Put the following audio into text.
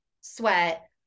sweat